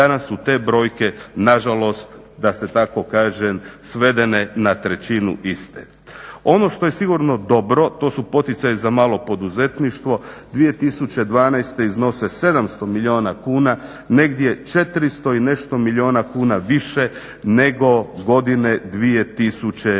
danas su te brojke nažalost, da se tako kaže svedene na trećinu iste. Ono što je sigurno dobro to su poticaji za malo poduzetništvo, 2012. iznose 700 milijuna kuna, negdje 400 i nešto milijuna kuna više nego godine 2011.